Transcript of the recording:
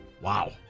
Wow